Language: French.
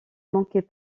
manquait